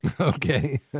Okay